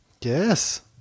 Yes